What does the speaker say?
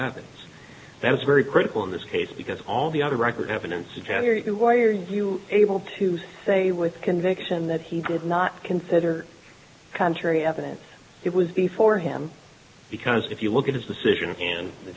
happens that is very critical in this case because all the other records evidence value why are you able to say with conviction that he did not consider contrary evidence it was before him because if you look at his decision and the